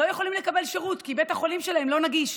לא יכולים לקבל שירות כי בית החולים שלהם לא נגיש,